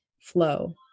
flow